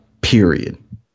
period